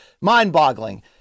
mind-boggling